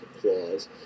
clause